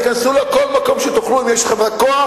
אתם תיכנסו לכל מקום שתוכלו אם רק יש לכם כוח,